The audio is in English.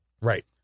Right